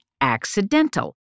accidental